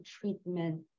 treatment